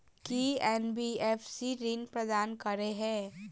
की NBFC ऋण प्रदान करे है?